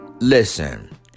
listen